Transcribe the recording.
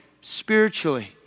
spiritually